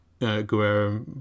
Guerrero